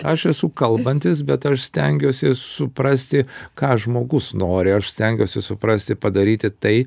aš esu kalbantis bet aš stengiuosi suprasti ką žmogus nori aš stengiuosi suprasti padaryti tai